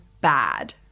bad